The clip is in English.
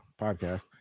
podcast